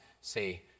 say